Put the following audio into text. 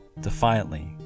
defiantly